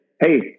Hey